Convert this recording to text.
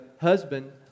husband